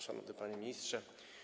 Szanowny Panie Ministrze!